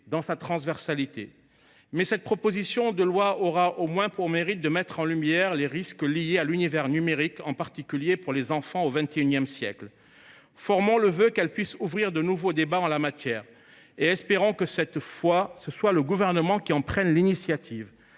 et sa transversalité. Cette proposition de loi a toutefois le mérite de mettre en lumière les risques liés à l’univers numérique, en particulier pour les enfants, au XXI siècle. Formons le vœu qu’elle permette d’ouvrir de nouveaux débats en la matière et espérons que, cette fois, ce sera le Gouvernement qui en prendra l’initiative.